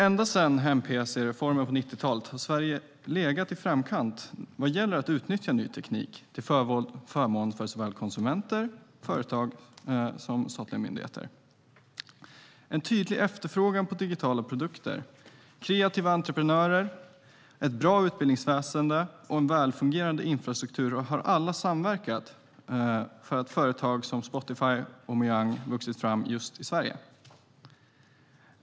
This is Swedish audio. Ända sedan hem-pc-reformen på 90-talet har Sverige legat i framkant vad gäller att utnyttja ny teknik till förmån för såväl konsumenter och företag som statliga myndigheter. En tydlig efterfrågan på digitala produkter, kreativa entreprenörer, ett bra utbildningsväsen och en välfungerande infrastruktur har alla samverkat så att företag som Spotify och Mojang har vuxit fram just i Sverige.